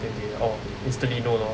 then they oh instantly know lor